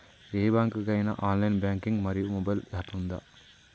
ఏ bank కి ఐనా online banking మరియు మొబైల్ యాప్ ఉందా?